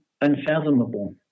unfathomable